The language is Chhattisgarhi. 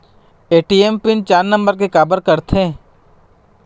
ए.टी.एम पिन चार नंबर के काबर करथे?